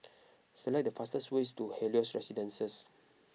select the fastest way to Helios Residences